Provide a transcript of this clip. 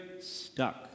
stuck